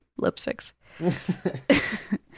lipsticks